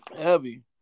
Heavy